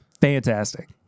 Fantastic